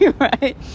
right